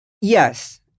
yes